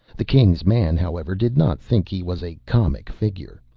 the king's man, however, did not think he was a comic figure.